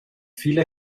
viele